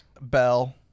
Bell